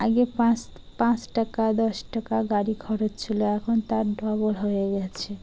আগে পাঁচ পাঁচ টাকা দশ টাকা গাড়ি খরচ ছিলো এখন তার ডবল হয়ে গেছে